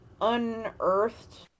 unearthed